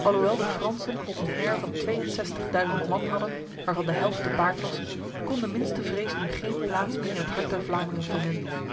alhoewel de fransen een heir van tweeënzestigduizend man hadden waarvan de helft te paard was kon de minste vrees nu geen plaats meer in het hart der vlamingen vinden